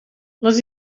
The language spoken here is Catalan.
les